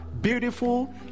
beautiful